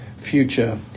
future